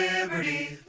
Liberty